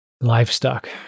Livestock